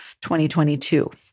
2022